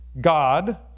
God